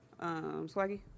Swaggy